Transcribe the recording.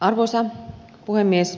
arvoisa puhemies